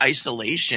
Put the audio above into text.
isolation